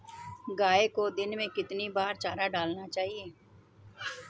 गाय को दिन में कितनी बार चारा डालना चाहिए?